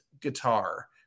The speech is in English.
guitar